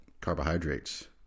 carbohydrates